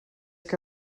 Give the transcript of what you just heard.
que